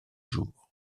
jour